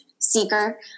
Seeker